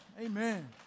Amen